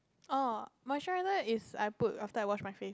oh moisturizer is I put after I wash my face